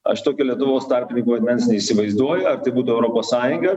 aš tokio lietuvos tarpininko vaidmens neįsivaizduoju ar tai būtų europos sąjunga